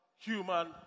human